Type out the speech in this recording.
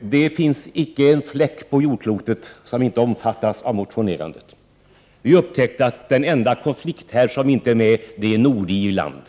Det finns knappast en fläck på jordklotet som inte omfattas av motionerandet. Vi upptäckte att den enda konflikthärd som inte är med är Nordirland.